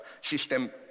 system